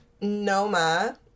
Noma